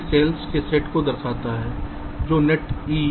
Ve sales के set को दर्शाता है जो नेट E